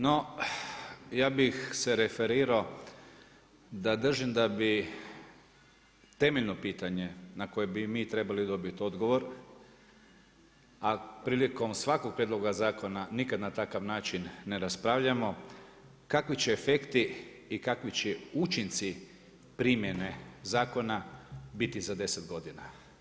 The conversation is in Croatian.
No ja bih se referirao da držim da bi temeljno pitanje na koje bi mi trebali dobiti odgovor, a prilikom svakoga prijedloga zakona nikad na takav način ne raspravljamo kakvi će efekti i kakvi će učinci primjene zakona biti za deset godina.